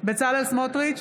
בצלאל סמוטריץ'